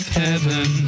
heaven